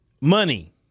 money